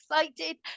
excited